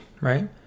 right